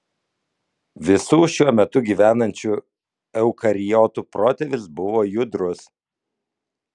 visų šiuo metu gyvenančių eukariotų protėvis buvo judrus